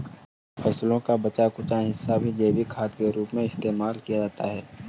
फसलों का बचा कूचा हिस्सा भी जैविक खाद के रूप में इस्तेमाल किया जाता है